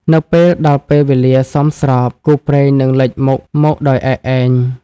នៅពេលដល់ពេលវេលាសមស្រប គូព្រេងនឹងលេចមុខមកដោយឯកឯង។